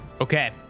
Okay